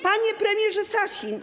Panie Premierze Sasin!